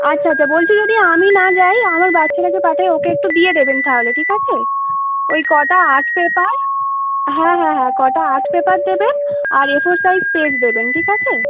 আচ্ছা আচ্ছা বলছি যদি আমি না যাই আমার বাচ্ছাটাকে পাঠাই ওকে একটু দিয়ে দেবেন থাহলে ঠিক আছে ওই কটা আর্ট পেপার হ্যাঁ হ্যাঁ হ্যাঁ কটা আর্ট পেপার দেবেন আর এফোর সাইজ পেজ দেবেন ঠিক আছে